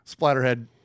Splatterhead